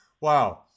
Wow